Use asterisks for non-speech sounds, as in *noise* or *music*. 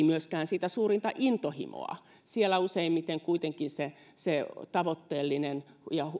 *unintelligible* myöskään sitä suurinta intohimoa siellä useimmiten kuitenkin se se tavoitteellinen